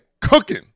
cooking